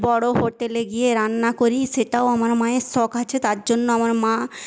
বড়ো হোটেলে গিয়ে রান্না করি সেটাও আমার মায়ের শখ আছে তার জন্য আমার মা